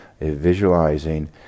visualizing